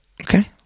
Okay